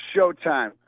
Showtime